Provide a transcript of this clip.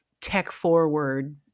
tech-forward